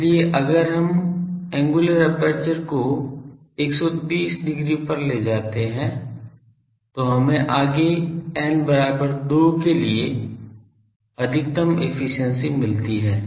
इसलिए अगर हम एंगुलर एपर्चर को 130 डिग्री पर ले जाते हैं तो हमें आगे n बराबर 2 के लिए अधिकतम एफिशिएंसी मिलती है